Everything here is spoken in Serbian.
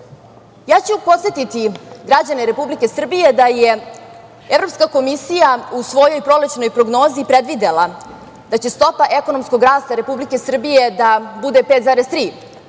ću podsetiti građane Republike Srbije da je Evropska komisija u svojoj prolećnoj prognozi predvidela da će stopa ekonomskog rasta Republike Srbije da bude 5,3%,